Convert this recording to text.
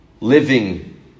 living